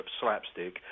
slapstick